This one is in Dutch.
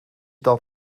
dat